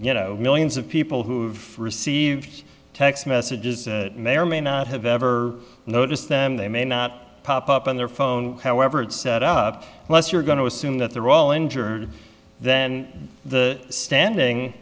you know millions of people who've received text messages may or may not have ever noticed them they may not pop up on their phone however it's set up unless you're going to assume that they're all injured then the standing